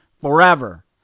forever